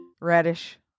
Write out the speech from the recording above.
Radish